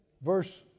Verse